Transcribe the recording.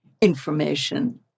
information